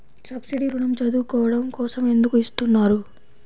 Subsidy ఋణం చదువుకోవడం కోసం ఎందుకు ఇస్తున్నారు?